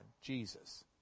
Jesus